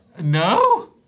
No